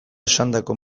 esandako